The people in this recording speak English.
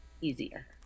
easier